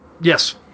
Yes